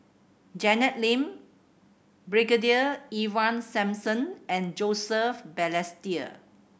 Janet Lim Brigadier Ivan Simson and Joseph Balestier